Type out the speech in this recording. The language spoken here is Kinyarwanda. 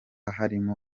harimo